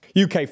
UK